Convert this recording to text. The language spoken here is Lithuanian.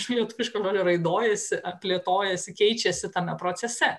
čia lietuviško žodžio raidojasi ar plėtojasi keičiasi tame procese